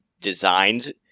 designed